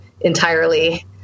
entirely